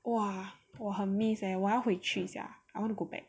!wah! 我很 miss sia 我要回去 sia I want to go back